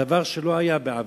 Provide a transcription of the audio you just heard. זה דבר שלא היה בעבר,